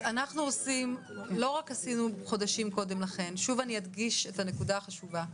אני אדגיש שוב את הנקודה החשובה,